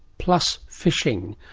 plus fishing,